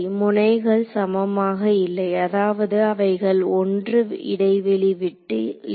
முனைகள் சமமாக இல்லை அதாவது அவைகள் 1 இடைவெளி விட்டு இல்லை